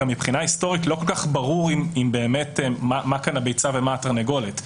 מבחינה היסטורית גם לא כל כך ברור מה כאן הביצה ומה התרנגולת.